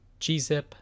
gzip